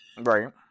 right